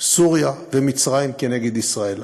סוריה ומצרים נגד ישראל.